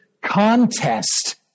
contest